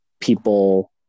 people